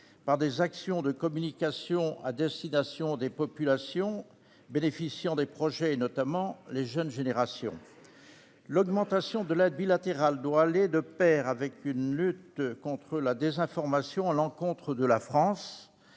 par des actions de communication à destination des populations bénéficiant des projets, notamment les jeunes générations. L'augmentation de l'aide bilatérale doit aller de pair avec une lutte contre la désinformation à l'encontre de la France.